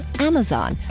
Amazon